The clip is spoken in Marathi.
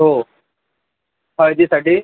हो हळदीसाठी